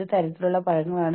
വ്യക്തിഗത ഘടകങ്ങൾ